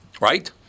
Right